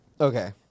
Okay